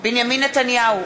בנימין נתניהו,